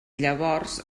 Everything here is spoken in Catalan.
llavors